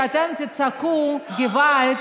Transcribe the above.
כשאתם תצעקו געוואלד,